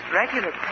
regular